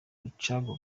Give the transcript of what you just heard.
rucagu